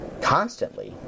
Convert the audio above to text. constantly